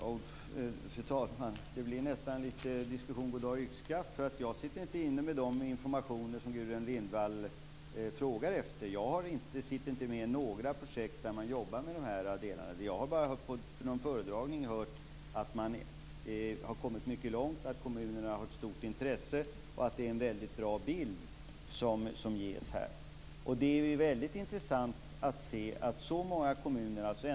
Fru talman! Det blir nästan litet goddag-yxskaft över diskussionen. Jag sitter inte inne med den information som Gudrun Lindvall frågar efter. Jag sitter inte med i några projekt där man jobbar med dessa delar. Jag har bara vid en föredragning hört att kommunerna har kommit långt och har ett stort intresse. Det ges en bra bild. Det är intressant att se att så många kommuner har ansökt.